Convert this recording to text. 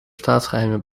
staatsgeheimen